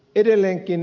edelleenkin